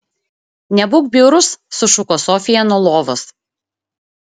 nebūk bjaurus sušuko sofija nuo lovos